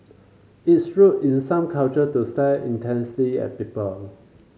it's rude is some culture to stare intensely at people